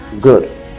good